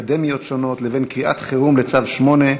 אקדמיות שונות לבין קריאת חירום לצו 8,